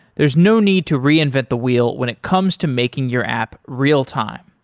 there's no need to reinvent the wheel when it comes to making your app real-time.